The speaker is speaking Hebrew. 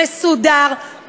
מסודר,